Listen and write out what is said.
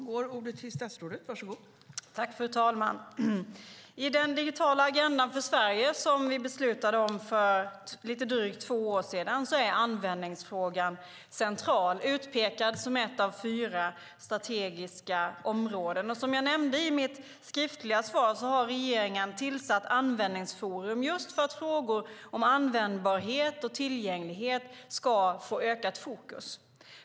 Fru talman! I den digitala agendan för Sverige som vi beslutade om för lite drygt två år sedan är användningsfrågan central och utpekad som ett av fyra strategiska områden. Som jag nämnde i mitt svar har regeringen tillsatt Användningsforum just för att frågor om användbarhet och tillgänglighet ska få ökat fokus.